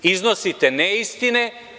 Iznosite neistine.